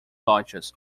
lochs